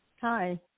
Hi